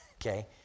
okay